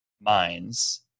minds